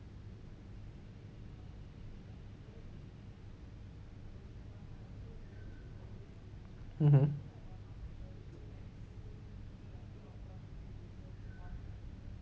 mmhmm